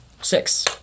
Six